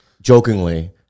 jokingly